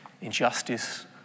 injustice